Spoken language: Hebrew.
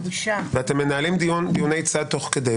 ואתם מנהלים דיוני צד תוך כדי,